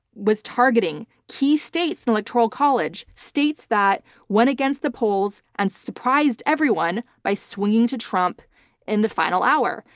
was targeting key states' and electoral college, states that went against the polls and surprised everyone by swinging to trump in the final hour,